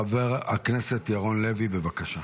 חבר הכנסת ירון לוי, בבקשה.